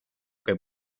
que